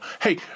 hey